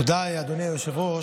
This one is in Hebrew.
תודה, אדוני היושב-ראש.